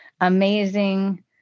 amazing